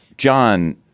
John